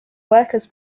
workers